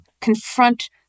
confront